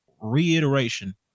reiteration